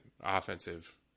offensive